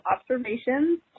observations